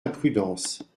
imprudence